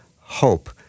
hope